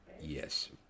Yes